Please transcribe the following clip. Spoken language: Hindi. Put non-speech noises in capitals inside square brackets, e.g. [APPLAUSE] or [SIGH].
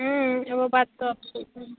वो बात तो आप सही [UNINTELLIGIBLE]